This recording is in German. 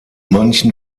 manchen